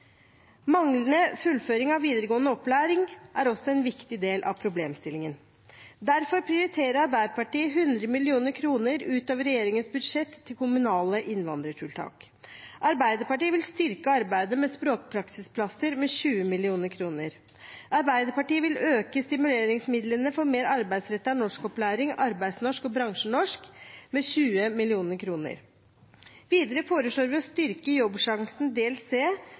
Manglende fullføring av videregående opplæring er også en viktig del av problemstillingen. Derfor prioriterer Arbeiderpartiet 100 mill. kr. utover regjeringens budsjett til kommunale innvandrertiltak. Arbeiderpartiet vil styrke arbeidet med språkpraksisplasser med 20 mill. kr. Arbeiderpartiet vil øke stimuleringsmidlene for mer arbeidsrettet norskopplæring, arbeidsnorsk og bransjenorsk, med 20 mill. kr. Videre foreslår vi å styrke Jobbsjansen del C,